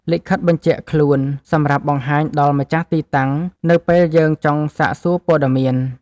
លិខិតបញ្ជាក់ខ្លួន សម្រាប់បង្ហាញដល់ម្ចាស់ទីតាំងនៅពេលយើងចង់សាកសួរព័ត៌មាន។